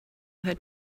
had